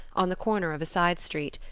on the corner of a side street,